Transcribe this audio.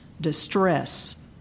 distress